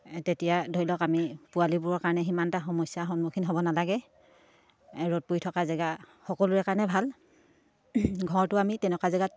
তেতিয়া ধৰি লওক আমি পোৱালিবোৰৰ কাৰণে সিমান এটা সমস্যাৰ সন্মুখীন হ'ব নালাগে ৰ'দ পৰি থকা জেগা সকলোৰে কাৰণে ভাল ঘৰতো আমি তেনেকুৱা জেগাত